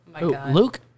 Luke